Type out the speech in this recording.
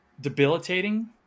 debilitating